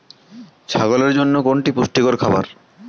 ছাগলের জন্য কোনটি পুষ্টিকর খাবার?